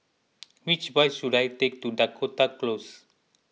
which bus should I take to Dakota Close